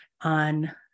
On